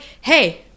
hey